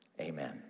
Amen